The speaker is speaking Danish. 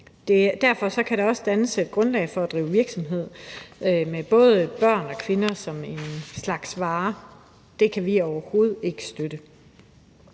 Derfor kan der også dannes et grundlag for at drive virksomhed med både børn og kvinder som en slags vare. Det kan vi overhovedet ikke støtte.